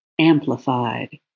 amplified